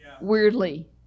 weirdly